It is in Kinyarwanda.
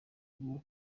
ngo